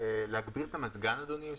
אבל אין אופציה כזאת בדיון.